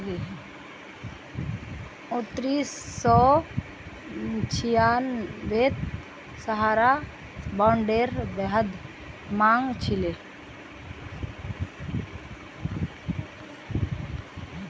उन्नीस सौ छियांबेत सहारा बॉन्डेर बेहद मांग छिले